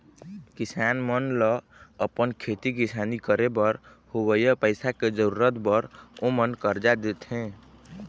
किसान मन ल अपन खेती किसानी करे बर होवइया पइसा के जरुरत बर ओमन करजा देथे